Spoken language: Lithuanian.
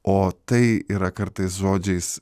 o tai yra kartais žodžiais